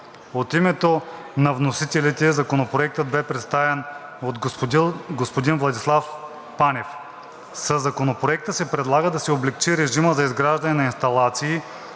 От името на вносителите Законопроектът бе представен от господин Владислав Панев. Със Законопроекта се предлага да се облекчи режимът за изграждане на инсталации